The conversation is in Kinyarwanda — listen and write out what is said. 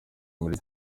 muri